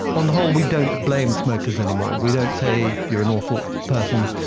on the whole we don't blame smokers anymore, we don't say you're an awful person,